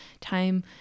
time